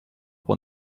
pour